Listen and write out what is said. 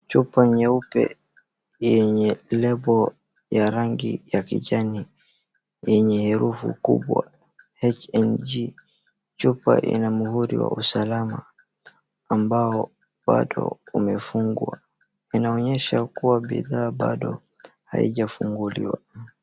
Chupa nyeupe yenye label ya rangi ya kijani yenye herufi kubwa HJN .Chupa ina muhuri wa usalama ambao bado umefungwa. Inaonyesha ya kuwa bidhaa bado haijafunguliwa.